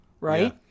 right